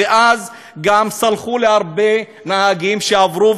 אז גם סלחו להרבה נהגים שעברו,